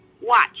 Watch